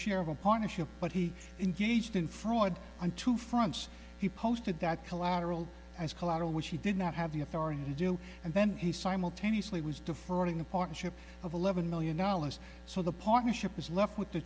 share of a partnership but he engaged in fraud on two fronts he posted that collateral as collateral which he did not have the authority to do and then he simultaneously was deferring the partnership of eleven million dollars so the partnership is left with the